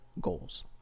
goals